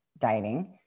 dieting